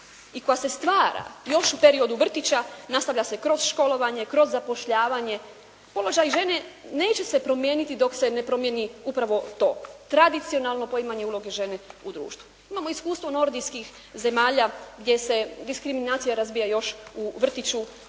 i koja se stvara još u periodu vrtića, nastavlja se kroz školovanje, kroz zapošljavanje. Položaj žene neće se promijeniti dok se ne promijeni upravo to tradicionalno poimanje uloge žene u društvu. Imamo iskustvo nordijskih zemalja gdje se diskriminacija razvija još u vrtiću